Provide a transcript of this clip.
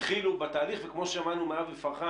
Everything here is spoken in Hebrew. אני אומר, ההצעה שלי מעשית אם אתה תוכל.